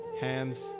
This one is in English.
hands